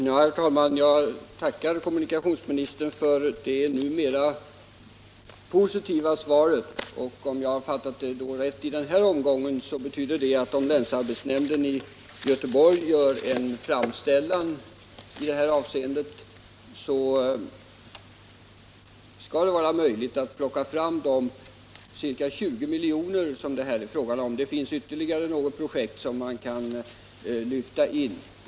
Herr talman! Jag tackar kommunikationsministern för det numera positiva svaret på min fråga. Om jag fattade det rätt i den här omgången betyder det, att det om länsarbetsnämnden i Göteborg gör en framställan i det här avseendet skall vara möjligt att ta fram de ca 20 milj.kr. som det här är fråga om. Det finns också ytterligare något projekt som man skulle kunna överväga.